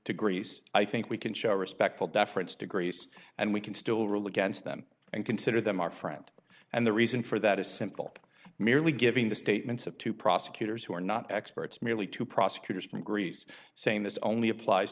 to greece i think we can show respectful deference to grace and we can still rule against them and consider them our friend and the reason for that is simple merely giving the statements of two prosecutors who are not experts merely to prosecutors from greece saying this only applies